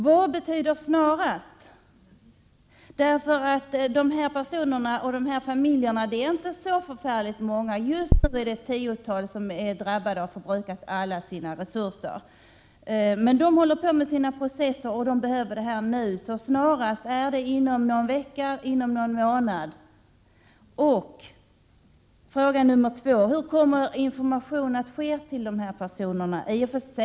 Vad betyder snarast? De familjer som det är fråga om är inte så många. Just nu rör det sig om ett tiotal som har drabbats och som har förbrukat alla sina resurser. Processerna pågår så stödet behövs nu. Betyder snarast inom en vecka eller inom någon månad? En annan fråga gäller informationen till de här personerna. Hur kommer den att ske?